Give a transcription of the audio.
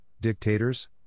dictators